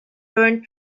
burnt